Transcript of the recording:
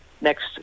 next